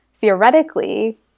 theoretically